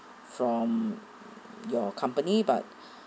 from your company but